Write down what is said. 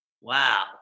wow